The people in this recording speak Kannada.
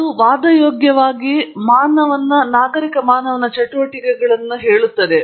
ಇದು ವಾದಯೋಗ್ಯವಾಗಿ ಅತ್ಯಂತ ನಾಗರಿಕ ಮಾನವ ಚಟುವಟಿಕೆಗಳನ್ನು ಹೇಳುತ್ತದೆ